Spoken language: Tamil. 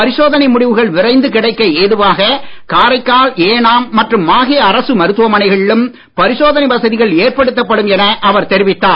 பரிசோதனை முடிவுகள் விரைந்து கிடைக்க ஏதுவாக காரைக்கால் ஏனாம் மற்றும் மாகே அரசு மருத்துவமனைகளிலும் பரிசோதனை வசதிகள் ஏற்படுத்தப்படும் என அவர் தெரிவித்தார்